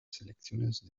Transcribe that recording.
selecciones